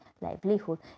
livelihood